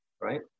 right